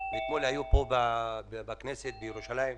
ואתמול היו פה בכנסת בירושלים.